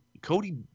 cody